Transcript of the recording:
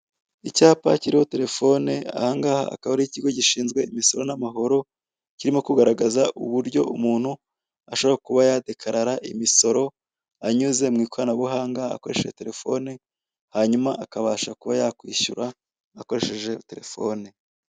Icyapa kiriho telefone, ahangaha akaba ariho ikigo gishinzwe imisoro n'amahoro kirimo kugaragaza uburyo umuntu ashobora kuba ya dekarara imisoro anyuze mw'ikoranabuhanga akoresheje telefone, hanyuma akabasha kuba yakishyura akoresheje telefone.